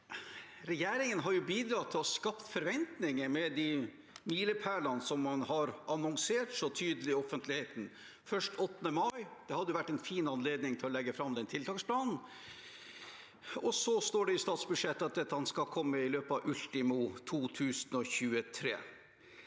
Regjeringen har bidratt til å skape forventninger med de milepælene man har annonsert så tydelig i offentligheten, først 8. mai. Det hadde vært en fin anledning til å legge fram den tiltaksplanen. Det står i statsbudsjettet at dette skal komme i løpet av ultimo 2023.